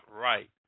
right